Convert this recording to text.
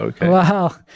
wow